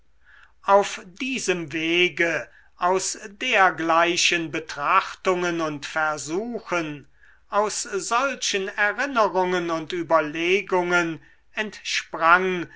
auf diesem wege aus dergleichen betrachtungen und versuchen aus solchen erinnerungen und überlegungen entsprang